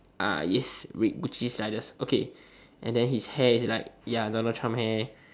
ah yes with gucci sliders okay and then his hair like ya Donald Trump hair